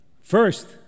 First